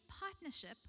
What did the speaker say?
partnership